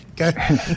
Okay